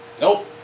nope